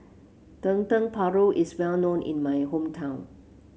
Dendeng Paru is well known in my hometown